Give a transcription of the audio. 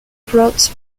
brought